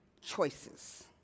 choices